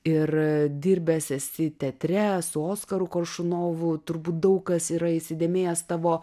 ir dirbęs esi teatre su oskaru koršunovu turbūt daug kas yra įsidėmėjęs tavo